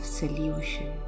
solution